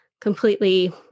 completely